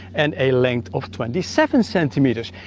and a length of twenty seven centimeters.